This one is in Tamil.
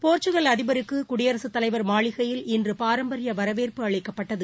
போர்ச்சுக்கல் அதிபருக்கு குடியரகத் தலைவர் மாளிக்கையில் இன்று பாரம்பரிய வரவேற்பு அளிக்கப்பட்டது